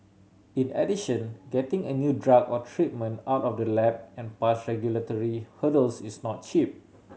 in addition getting a new drug or treatment out of the lab and past regulatory hurdles is not cheap